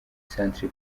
centre